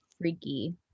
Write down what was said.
freaky